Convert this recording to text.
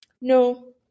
no